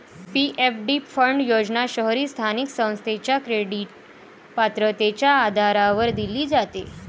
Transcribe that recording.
PFD fund योजना शहरी स्थानिक संस्थेच्या क्रेडिट पात्रतेच्या आधारावर दिली जाते